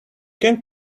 can